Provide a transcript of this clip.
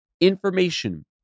information